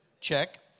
Check